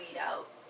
out